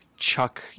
chuck